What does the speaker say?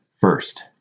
First